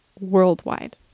worldwide